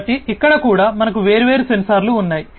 కాబట్టి ఇక్కడ కూడా మనకు వేర్వేరు సెన్సార్లు ఉన్నాయి